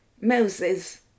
Moses